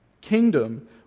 kingdom